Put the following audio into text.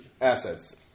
assets